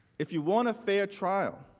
if you want a fair trial